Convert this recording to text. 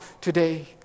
today